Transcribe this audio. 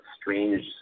strange